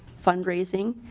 fundraising.